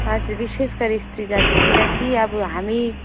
हजुर विशेष गरी स्त्री जाति किनकि अब हामी